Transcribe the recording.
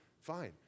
fine